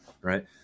Right